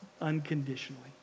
unconditionally